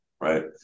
Right